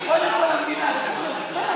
קודם כול המדינה אשמה.